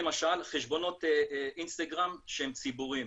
למשל חשבונות אינסטגרם שהם ציבוריים,